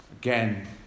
Again